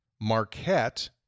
Marquette